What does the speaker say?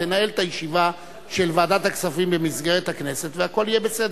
תנהל את הישיבה של ועדת הכספים במסגרת הכנסת והכול יהיה בסדר.